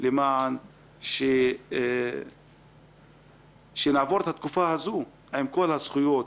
על מנת שהמוחלשים יקבלו את כל הזכויות